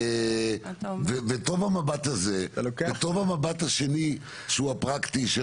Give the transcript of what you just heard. טוב המבט הזה וטוב המבט השני שהוא הפרקטי,